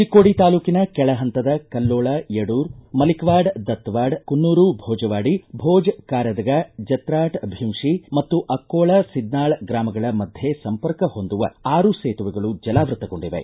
ಚಿಕ್ಕೋಡಿ ತಾಲೂಕಿನ ಕೆಳಹಂತದ ಕಲ್ಲೋಳ ಯಡೂರ ಮಲಿಕವಾಡ ದತ್ತವಾಡ ಕುನ್ನೂರು ಭೋಜವಾಡಿ ಭೋಜ ಕಾರದಗಾ ಜತ್ತಾಟ ಭೀವಶಿ ಮತ್ತು ಅಕ್ಷೋಳ ಸಿದ್ನಾಳ ಗ್ರಾಮಗಳ ಮಧ್ಯೆ ಸಂಪರ್ಕ ಹೊಂದುವ ಆರು ಸೇತುವೆಗಳು ಜಲಾವೃತ್ತಗೊಂಡಿವೆ